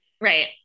right